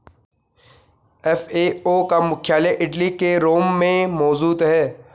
FAO का मुख्यालय Italy के रोम में मौजूद है